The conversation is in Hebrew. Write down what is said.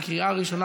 בקריאה ראשונה,